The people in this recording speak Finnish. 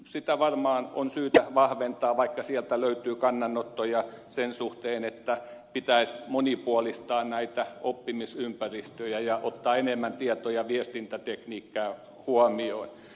sitä varmaan on syytä vahventaa vaikka sieltä löytyy kannanottoja sen suhteen että pitäisi monipuolistaa näitä oppimisympäristöjä ja ottaa enemmän tieto ja viestintätekniikka huomioon